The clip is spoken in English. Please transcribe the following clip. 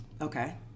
Okay